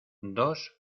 dos